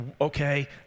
okay